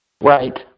Right